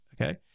okay